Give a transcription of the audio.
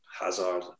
Hazard